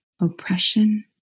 oppression